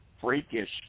freakish